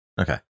Okay